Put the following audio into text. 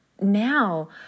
Now